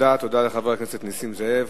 תודה לחבר הכנסת נסים זאב.